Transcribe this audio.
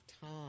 time